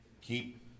keep